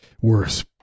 Worse